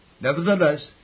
Nevertheless